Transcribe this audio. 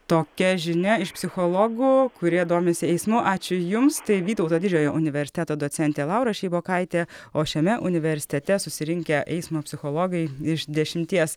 tokia žinia iš psichologų kurie domisi eismu ačiū jums tai vytauto didžiojo universiteto docentė laura šeibokaitė o šiame universitete susirinkę eismo psichologai iš dešimties